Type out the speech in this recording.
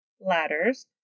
ladders